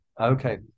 okay